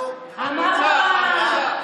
אם כבר חמוצה.